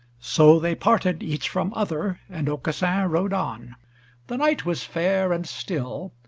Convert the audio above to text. so they parted each from other, and aucassin rode on the night was fair and still,